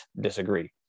disagree